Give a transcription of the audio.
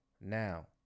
Now